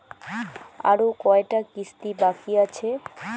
আরো কয়টা কিস্তি বাকি আছে?